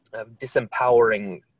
disempowering